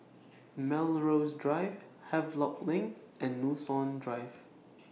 Melrose Drive Havelock LINK and Drive